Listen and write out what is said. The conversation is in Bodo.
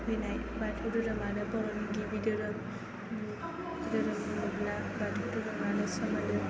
फैनाय बाथौ धोरोमानो बर'नि गिबि धोरोम धोरोम होनोब्ला बाथौ धोरोमआनो समायो